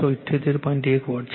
1 watt છે